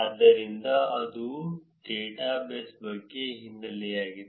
ಆದ್ದರಿಂದ ಅದು ಡೇಟಾಸೆಟ್ ಬಗ್ಗೆ ಹಿನ್ನೆಲೆಯಾಗಿದೆ